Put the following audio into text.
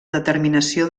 determinació